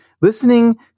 listening